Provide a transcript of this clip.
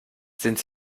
sind